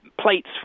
plates